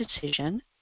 decision